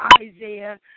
Isaiah